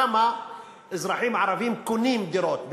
כמה אזרחים ערבים קונים דירות בפועל,